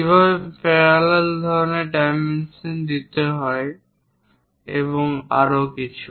কীভাবে প্যারালাল ধরনের ডাইমেনশন দিতে হয় এবং আরও অনেক কিছু